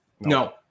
No